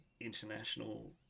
international